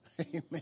Amen